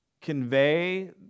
convey